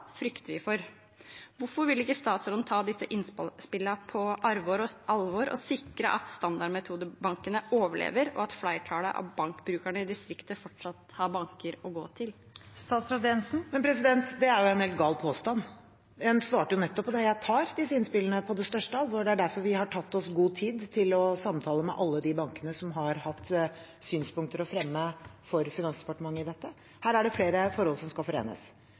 frykter vi for. Hvorfor vil ikke statsråden ta disse innspillene på alvor og sikre at standardmetodebankene overlever, og at flertallet av bankbrukerne i distriktet fortsatt har banker å gå til? Det er en helt gal påstand. Jeg svarte nettopp på det. Jeg tar disse innspillene på største alvor, og det er derfor vi har tatt oss god tid til å samtale med alle de bankene som har hatt synspunkter å fremme for Finansdepartementet i dette. Her er det flere forhold som skal forenes.